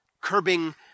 curbing